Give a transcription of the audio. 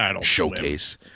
showcase